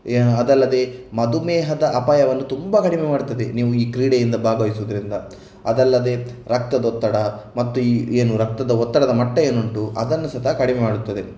ಅದಲ್ಲದೆ ಮಧುಮೇಹದ ಅಪಾಯವನ್ನು ತುಂಬ ಕಡಿಮೆ ಮಾಡ್ತದೆ ನೀವು ಈ ಕ್ರೀಡೆಯಿಂದ ಭಾಗವಹಿಸುವುದರಿಂದ ಅದಲ್ಲದೆ ರಕ್ತದೊತ್ತಡ ಮತ್ತು ಈ ಏನು ರಕ್ತದ ಒತ್ತಡದ ಮಟ್ಟ ಏನುಂಟು ಅದನ್ನು ಸಹಿತ ಕಡಿಮೆ ಮಾಡುತ್ತದೆ